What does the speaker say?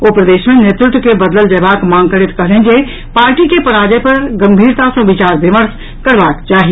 ओ प्रदेश मे नेतृत्व के बदलल जयबाक मांग करैत कहलनि जे पार्टी के पराजय पर गम्भीरता सँ विचार विर्मश करबाक चाही